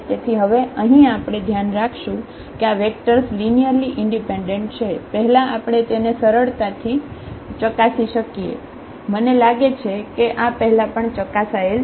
તેથી હવે અહીં આપણે ધ્યાન રાખશું કે આ વેક્ટર્સ લિનિયરલી ઈન્ડિપેન્ડેન્ટ છે પહેલા આપણે તેને સરળતાથી ચકાસી શકીએ મને લાગે છે કે આ પહેલાં પણ ચકાસાયેલ છે